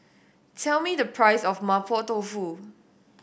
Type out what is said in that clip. tell me the price of Mapo Tofu